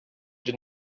did